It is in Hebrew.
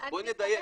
אז בואי נדייק.